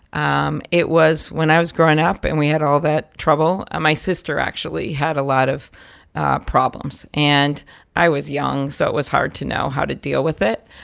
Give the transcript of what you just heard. um it was when i was growing up and we had all that trouble. my sister actually had a lot of problems. and i was young, so it was hard to know how to deal with it.